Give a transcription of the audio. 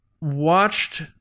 watched